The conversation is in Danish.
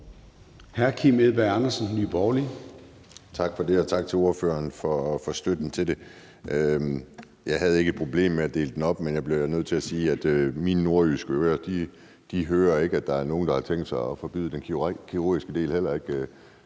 20:54 Kim Edberg Andersen (NB): Tak for det. Og tak til ordføreren for støtten til det. Jeg har ikke et problem med at dele det op, men jeg bliver nødt til at sige, at mine nordjyske ører ikke hører, at der er nogen, der har tænkt sig at forbyde den kirurgiske del. Der var